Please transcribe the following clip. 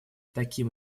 таким